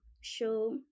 show